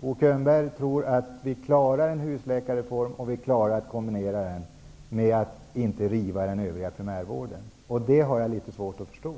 Bo Könberg tror att vi klarar en husläkarreform och klarar att kombinera den med primärvården, utan att behöva riva i den övriga primärvården. Det har jag litet svårt att förstå